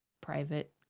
private